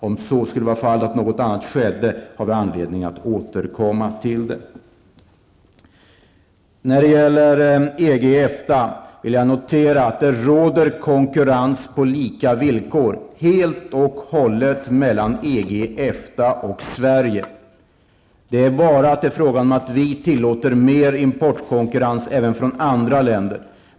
Om så vore fallet, att något annat skedde, har vi anledning att återkomma till detta. När det gäller EG och EFTA vill jag notera att det råder konkurrens på helt och hållet lika villkor mellan EG, EFTA och Sverige. Det är bara fråga om att vi tillåter mer importkonkurrens även från andra länder.